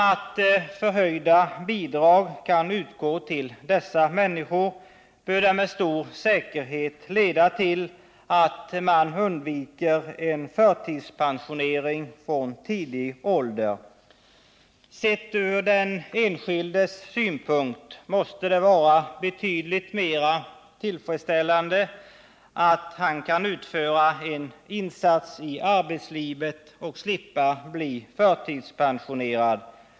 Att förhöjda bidrag kan utgå till dessa människor bör med stor säkerhet leda till att man undviker en förtidspensionering från tidig ålder. Sett från den enskildes synpunkt måste det vara betydligt mera tillfredsställande att han kan utföra en insats i arbetslivet och slippa bli förtidspensionerad.